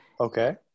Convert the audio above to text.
Okay